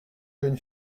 jeune